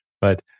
But-